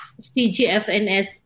CGFNS